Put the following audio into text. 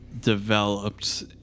developed